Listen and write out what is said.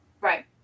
Right